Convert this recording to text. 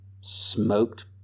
smoked